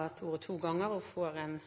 hatt ordet to ganger tidligere og får ordet til en